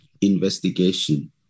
investigation